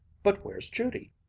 but where's judy?